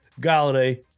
Galladay